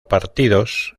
partidos